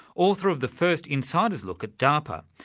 author of the first insiders' look at darpa,